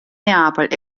neapel